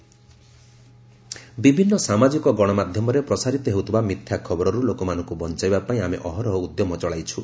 fact check ବିଭିନ୍ନ ସାମାଜିକ ଗଣମାଧ୍ୟମରେ ପ୍ରସାରିତ ହେଉଥିବା ମିଥ୍ୟା ଖବରରୁ ଲୋକମାନଙ୍କୁ ବଞ୍ଚାଇବା ପାଇଁ ଆମେ ଅହରହ ଉଦ୍ୟମ ଚଳାଇଛୁ